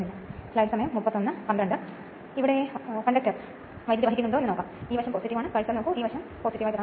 ഈ റോട്ടറിന്റെ ഓരോ അറ്റത്തിനും രണ്ടും അവസാനം ചെമ്പ് ഉപയോഗിച്ച് വിളക്കിച്ചേർക്കുന്നു കാരണം ഇത് ചെമ്പ് കൊണ്ടാണ് നിർമ്മിച്ചിരിക്കുന്നത്